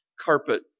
carpet